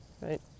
right